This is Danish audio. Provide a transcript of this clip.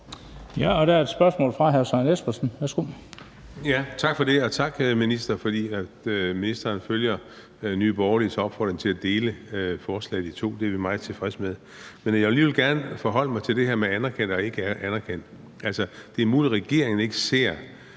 Tak for det, og tak for, at ministeren følger Nye Borgerliges opfordring til at dele forslaget i to. Det er vi meget tilfredse med. Men jeg vil alligevel gerne forholde mig til det her med anerkendt og ikkeanerkendt. Det er muligt, at regeringen ikke ser